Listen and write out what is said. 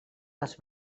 les